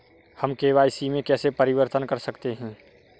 हम के.वाई.सी में कैसे परिवर्तन कर सकते हैं?